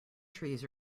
trees